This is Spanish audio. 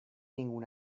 ningún